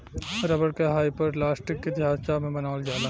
rubber के hyperelastic के ढांचा में बनावल जाला